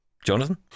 Jonathan